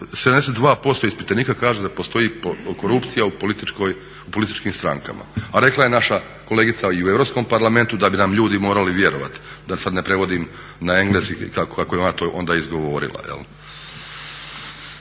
72% ispitanika kaže da postoji korupcija u političkim strankama, a rekla je naša kolegica i u Europskom parlamentu da bi nam ljudi morali vjerovati, da sad ne prevodim na engleski kako ona to onda izgovorila.